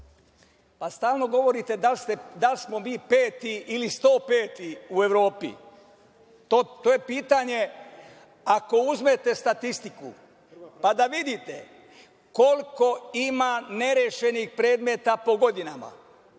Pa stalno govorite da li smo mi peti ili 105. u Evropi. To je pitanje, ako uzmete statistiku, pa da vidite koliko ima nerešenih predmeta po godinama,